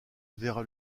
verra